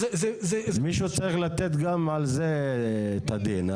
מישהו צריך לתת גם על זה את הדין.